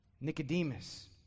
Nicodemus